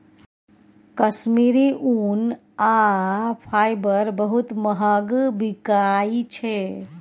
कश्मीरी ऊन आ फाईबर बहुत महग बिकाई छै